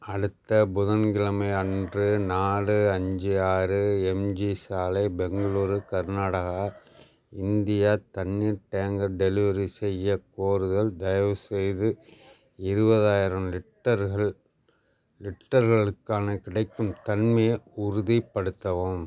அடுத்த புதன்கிழமை அன்று நாலு அஞ்சு ஆறு எம்ஜி சாலை பெங்களூரு கர்நாடகா இந்தியா தண்ணீர் டேங்கர் டெலிவரி செய்யக் கோருதல் தயவுசெய்து இருவதாயிரம் லிட்டர்கள் லிட்டர்களுக்கான கிடைக்கும் தன்மையை உறுதிப்படுத்தவும்